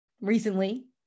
recently